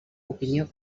opinió